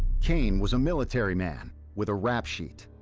kane was a military man with a rap sheet.